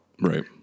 Right